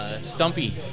Stumpy